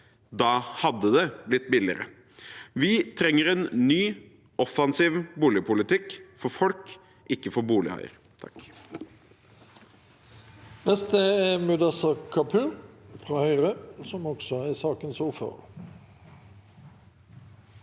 hadde det blitt billigere. Vi trenger en ny, offensiv boligpolitikk for folk, ikke for bolighaier.